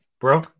bro